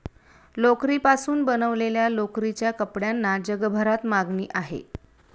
लोकरीपासून बनवलेल्या लोकरीच्या कपड्यांना जगभरात मागणी आहे